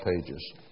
pages